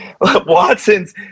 Watson's